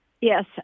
Yes